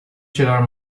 tirar